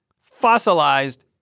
fossilized